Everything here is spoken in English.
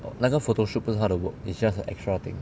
oh 那个 photo shoot 不是她的 work is just a extra thing